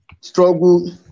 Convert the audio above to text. struggle